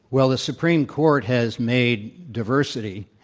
well, the supreme court has made diversity,